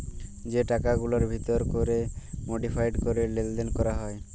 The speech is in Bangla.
যে টাকাগুলার ভিতর ক্যরে মডিফায়েড ক্যরে লেলদেল ক্যরা হ্যয়